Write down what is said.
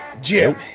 Jim